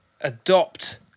adopt